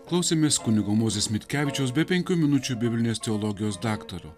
klausėmės kunigo mozės mitkevičiaus be penkių minučių biblinės teologijos daktaro